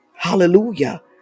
hallelujah